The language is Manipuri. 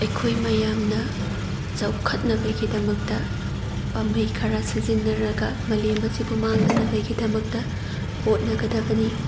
ꯑꯩꯈꯣꯏ ꯃꯌꯥꯝꯅ ꯆꯥꯎꯈꯠꯅꯕꯒꯤꯗꯃꯛꯇ ꯄꯥꯝꯕꯩ ꯈꯔ ꯁꯤꯖꯤꯟꯅꯔꯒ ꯃꯥꯂꯦꯝ ꯑꯁꯤꯕꯨ ꯃꯥꯡꯗꯅꯕꯒꯤꯗꯃꯛꯇ ꯍꯣꯠꯅꯒꯗꯕꯅꯤ